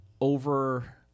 over